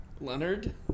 Leonard